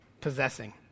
possessing